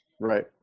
Right